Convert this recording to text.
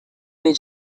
any